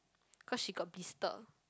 because she got blister